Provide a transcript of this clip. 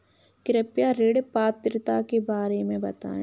कृपया ऋण पात्रता के बारे में बताएँ?